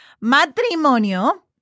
matrimonio